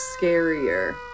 scarier